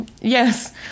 Yes